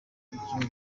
umukinnyi